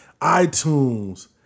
iTunes